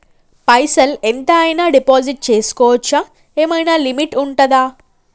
పైసల్ ఎంత అయినా డిపాజిట్ చేస్కోవచ్చా? ఏమైనా లిమిట్ ఉంటదా?